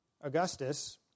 Augustus